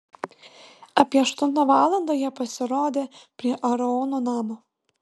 apie aštuntą valandą jie pasirodė prie aarono namo